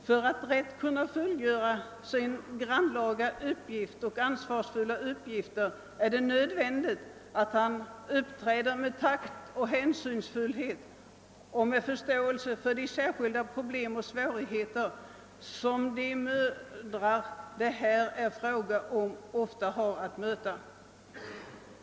För att rätt kunna fullgöra sina grannlaga och ansvarsfulla uppgifter är det nödvändigt, att han uppträder med takt och hänsynsfullhet och med förståelse för de särskilda problem och svårigheter, som de mödrar det här är fråga om så ofta ha att möta.